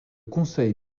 conseil